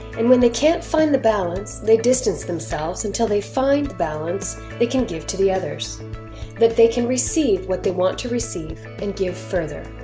and when they can't find the balance they distance themselves until they find the balance they can give to the others that they can receive what they want to receive and give further.